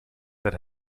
that